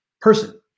person